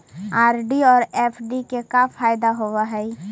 RD और FD के का फायदा होव हई?